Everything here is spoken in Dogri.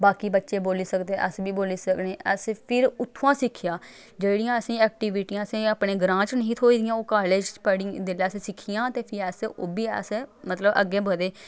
बाकी बच्चे बोली सकदे अस बी बोली सकने अस फिर उत्थुआं सिक्खेआ जेह्ड़ियां असेंगी ऐक्टीविटियां असें अपने ग्रांऽ च नेईं थ्होई दियां ओह् कालेज च पढ़ी जेल्लै असें सिक्खियां ते फ्ही अस ओह् बी अस मतलब अग्गें बधे